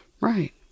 Right